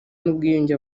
n’ubwiyunge